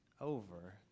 over